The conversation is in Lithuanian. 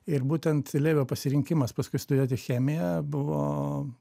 ir būtent levio pasirinkimas paskui studijuoti chemiją buvo